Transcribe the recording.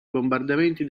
bombardamenti